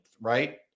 right